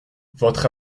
votre